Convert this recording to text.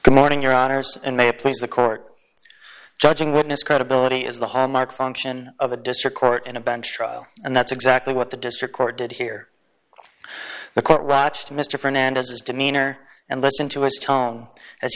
good morning your honor sir and may i please the court judging witness credibility is the hallmark function of a district court and a bench trial and that's exactly what the district court did here the court ruched mr fernandez's demeanor and listen to his tone as